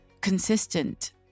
consistent